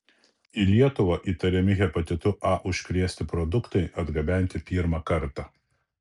į lietuvą įtariami hepatitu a užkrėsti produktai atgabenti pirmą kartą